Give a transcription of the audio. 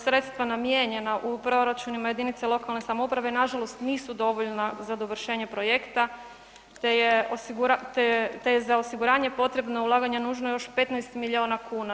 Sredstva namijenjena u proračunima jedinica lokalne samouprave nažalost nisu dovoljna za dovršenje projekta te je za osiguranje potrebno ulaganje nužno još 15 miliona kuna.